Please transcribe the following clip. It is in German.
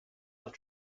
als